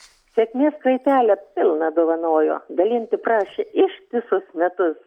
sėkmės kraitelę pilną dovanojo dalinti prašė ištisus metus